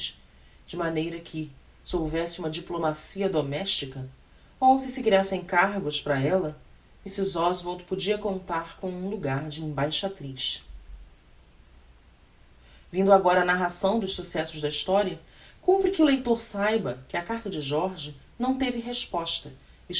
de maneira que se houvesse uma diplomacia domestica ou se se creassem cargos para ella mrs oswald podia contar com um lugar de embaixatriz vindo agora á narração dos successos da historia cumpre que o leitor saiba que a carta de jorge não teve resposta